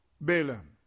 Balaam